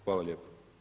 Hvala lijepo.